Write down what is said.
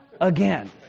again